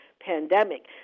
pandemic